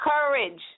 courage